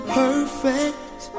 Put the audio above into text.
perfect